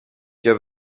και